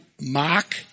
mock